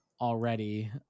already